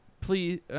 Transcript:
Please